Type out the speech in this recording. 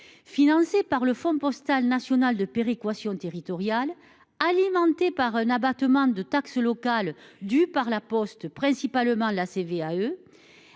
Financé par le fonds postal national de péréquation territoriale, alimenté par un abattement de taxes locales dues par La Poste, principalement la CVAE,